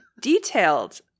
detailed